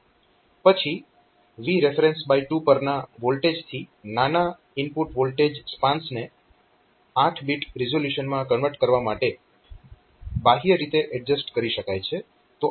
પછી VREF2 પરના વોલ્ટેજથી નાના ઇનપુટ વોલ્ટેજ સ્પાન્સ ને 8 બીટ રીઝોલ્યુશનમાં કન્વર્ટ કરવા માટે બાહ્ય રીતે એડજસ્ટ કરી શકાય છે